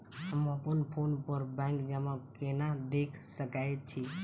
हम अप्पन फोन पर बैंक जमा केना देख सकै छी?